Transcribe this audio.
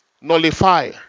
nullify